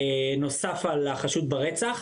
נוסף על החשוד ברצח.